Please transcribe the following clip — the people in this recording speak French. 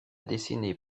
dessiné